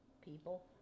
people